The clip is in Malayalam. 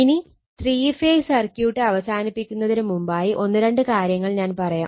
ഇനി ത്രീ ഫേസ് സർക്യൂട്ട് അവസാനിപ്പിക്കുന്നതിന് മുമ്പായി ഒന്ന് രണ്ട് കാര്യങ്ങൾ ഞാൻ പറയാം